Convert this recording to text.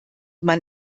man